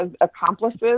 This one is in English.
accomplices